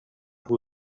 who